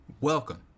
Welcome